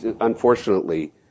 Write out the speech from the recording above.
unfortunately